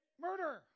murder